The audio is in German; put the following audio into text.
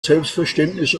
selbstverständnis